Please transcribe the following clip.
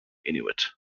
inuit